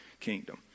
kingdom